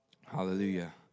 Hallelujah